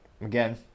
again